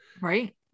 Right